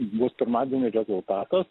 bus pirmadienį rezultatas